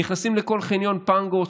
נכנסים לכל חניון, פנגו.